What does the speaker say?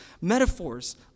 metaphors